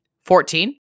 Fourteen